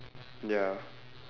ya